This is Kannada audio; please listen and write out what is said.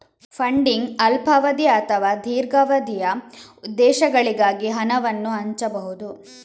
ಫಂಡಿಂಗ್ ಅಲ್ಪಾವಧಿಯ ಅಥವಾ ದೀರ್ಘಾವಧಿಯ ಉದ್ದೇಶಗಳಿಗಾಗಿ ಹಣವನ್ನು ಹಂಚಬಹುದು